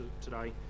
today